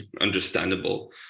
understandable